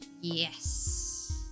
Yes